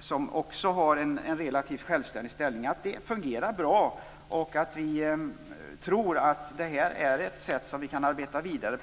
som också har en relativt självständig ställning fungerar bra. Vi tror att det är ett sätt som vi kan arbeta vidare på.